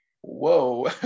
whoa